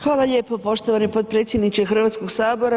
Hvala lijepo poštovani potpredsjedniče Hrvatskog sabora.